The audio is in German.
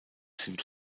sind